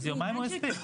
אז יומיים הוא לא הספיק.